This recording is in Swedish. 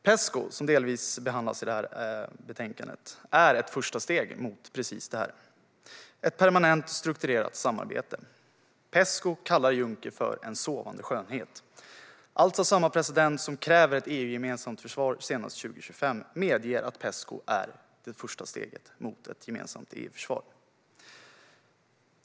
Pesco, som delvis behandlas i betänkandet, är ett första steg mot precis det här - ett permanent strukturerat samarbete. Pesco kallas av Juncker för en sovande skönhet. Samma president som kräver ett EU-gemensamt försvar senast 2025 medger att Pesco är det första steget mot ett gemensamt EU-försvar.